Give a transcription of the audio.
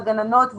הגננות וכו',